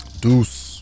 Deuce